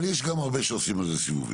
אבל, יש גם הרבה שעושים על זה סיבובים.